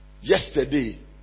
yesterday